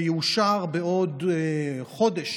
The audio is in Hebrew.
שיאושר בעוד חודש,